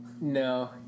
No